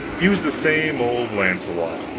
he was the same old launcelot,